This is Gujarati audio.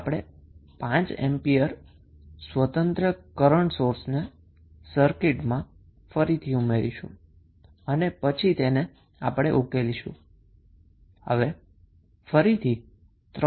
તો આપણે 5 એમ્પિયર ઇંડિપેન્ડન્ટ કરન્ટ સોર્સને સર્કિટમાં ફરીથી ઉમેરીશું અને પછી તેને આપણે ઉકેલીશું